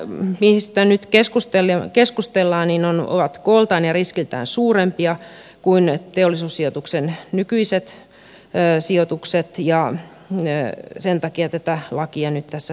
nämä mistä nyt keskustellaan ovat kooltaan ja riskiltään suurempia kuin teollisuussijoituksen nykyiset sijoitukset ja sen takia tätä lakia nyt tässä tarvitaan